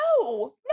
No